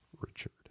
Richard